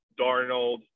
Darnold